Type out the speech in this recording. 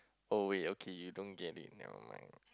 oh wait okay you don't get it never mind